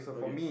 okay